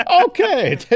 Okay